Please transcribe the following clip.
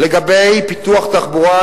לגבי פיתוח תחבורה,